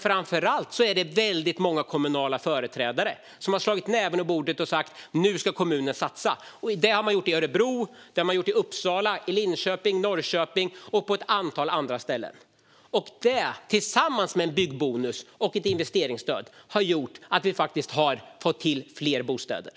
Framför allt är det många kommunala företrädare som har slagit näven i bordet och sagt: Nu ska kommunen satsa! Det har man gjort i Örebro, i Uppsala, i Linköping, i Norrköping och på ett antal andra ställen. Tillsammans med en byggbonus och ett investeringsstöd har det gjort att man har fått till fler bostäder.